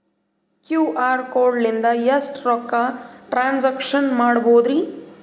QR code ಲಿಂದ ಎಷ್ಟ ರೊಕ್ಕ ಟ್ರಾನ್ಸ್ಯಾಕ್ಷನ ಮಾಡ್ಬೋದ್ರಿ?